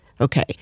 Okay